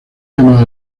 llamada